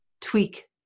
tweak